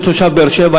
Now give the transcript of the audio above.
כתושב באר-שבע,